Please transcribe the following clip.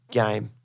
game